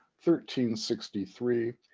thirteenth sixty three,